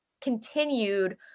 continued